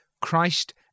Christ